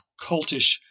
cultish